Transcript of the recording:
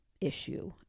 issue